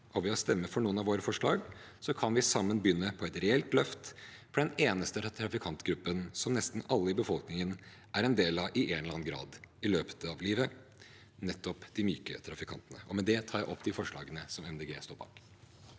Ved å stemme for noen av våre forslag kan vi sammen begynne på et reelt løft for den eneste trafikantgruppen som nesten alle i befolkningen i en eller annen grad er en del av i løpet av livet, nettopp de myke trafikantene. Med det tar jeg opp de forslagene som Miljøpartiet